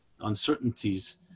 uncertainties